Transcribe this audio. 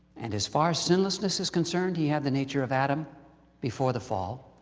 and as far as sinlessness is concerned he had the nature of adam before the fall,